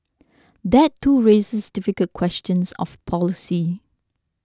that too raises difficult questions of policy